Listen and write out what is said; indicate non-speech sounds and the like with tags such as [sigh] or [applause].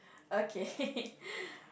okay [laughs]